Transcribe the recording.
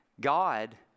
God